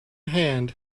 hand